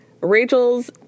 Rachel's